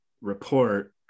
report